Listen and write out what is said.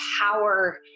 power